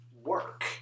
work